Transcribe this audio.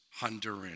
Honduran